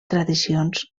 tradicions